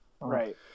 Right